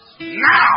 Now